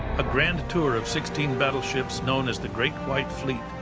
a grand tour of sixteen battleships known as the great white fleet.